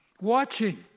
watching